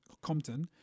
Compton